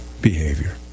behavior